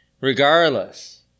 regardless